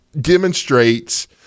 demonstrates